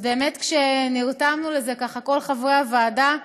אז באמת, כשנרתמנו לזה, כל חברי הוועדה,